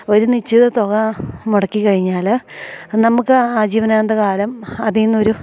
ഒരു നിശ്ചിത തുക മുടക്കി കഴിഞ്ഞാൽ നമുക്ക് ആജീവനാന്ത കാലം അതീന്നൊരു